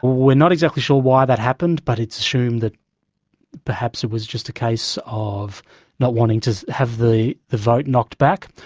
we're not exactly sure why that happened but it's assumed that perhaps it was just a case of not wanting to have the the vote knocked back.